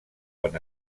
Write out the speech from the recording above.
quan